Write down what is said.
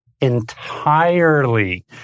entirely